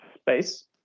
space